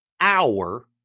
hour